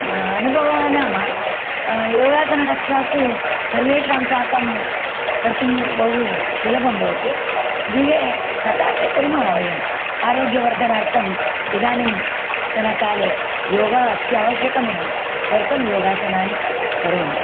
अनुभवः नाम योगासनकक्षासु सर्वेषां साकं कर्तुं बहु सुलभं भवति गृहे तथापि कुर्मः वयम् आरोग्यवर्धनार्थम् इदानीन्तनकाले योगः अत्यावश्यकमेव तदर्थं योगासनानि करोमि